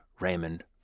Raymond